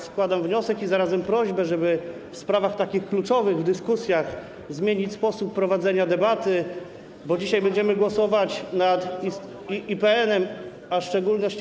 Składam wniosek i zarazem mam prośbę, żeby w takich kluczowych sprawach w dyskusjach zmienić sposób prowadzenia debaty, bo dzisiaj będziemy głosować nad IPN-em, a w szczególności.